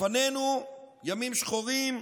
לפנינו ימים שחורים,